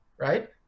right